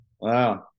Wow